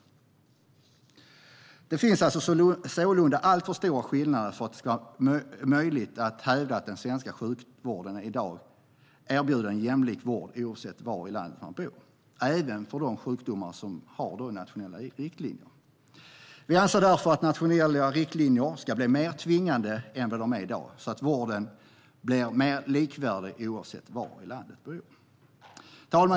Sålunda finns det alltför stora skillnader för att det ska vara möjligt att hävda att den svenska sjukvården i dag erbjuder en jämlik vård oavsett var i landet man bor. Det gäller även för sjukdomar där det finns nationella riktlinjer. Vi anser därför att nationella riktlinjer ska bli mer tvingande än vad de är i dag så att vården blir mer likvärdig oavsett var i landet man bor. Herr talman!